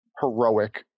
heroic